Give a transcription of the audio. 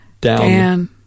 down